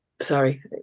sorry